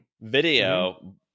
video